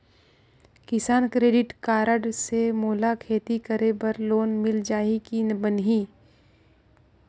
किसान credit card से मोला खेती करे बर लोन मिल जाहि की बनही??